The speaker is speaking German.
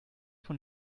von